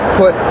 put